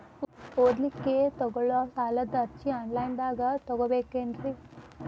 ಓದಲಿಕ್ಕೆ ತಗೊಳ್ಳೋ ಸಾಲದ ಅರ್ಜಿ ಆನ್ಲೈನ್ದಾಗ ತಗೊಬೇಕೇನ್ರಿ?